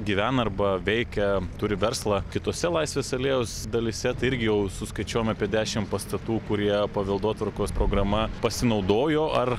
gyvena arba veikia turi verslą kitose laisvės alėjos dalyse tai irgi jau suskaičiuojam apie dešimt pastatų kurie paveldotvarkos programa pasinaudojo ar